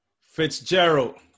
Fitzgerald